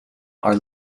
are